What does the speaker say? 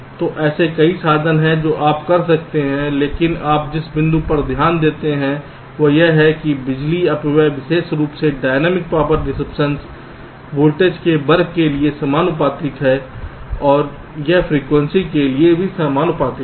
तो ऐसे कई साधन हैं जो आप कर सकते हैं क्योंकि आप जिस बिंदु पर ध्यान देते हैं वह यह है कि बिजली अपव्यय विशेष रूप से डायनामिक पावर डिसेप्शन वोल्टेज के वर्ग के लिए समानुपातिक है और यह फ्रीक्वेंसी के लिए समानुपातिक है